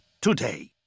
today